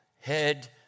head